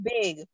big